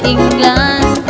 England